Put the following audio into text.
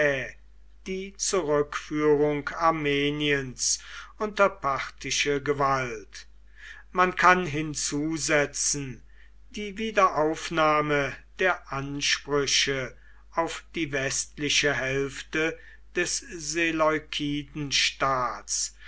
die zurückführung armeniens unter parthische gewalt man kann hinzusetzen die wiederaufnahme der ansprüche auf die westliche hälfte des